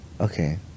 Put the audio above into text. Okay